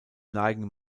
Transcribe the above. neigen